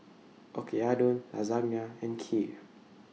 Oyakodon Lasagna and Kheer